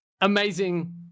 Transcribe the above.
Amazing